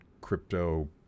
crypto